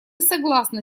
согласны